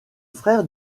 frère